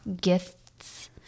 gifts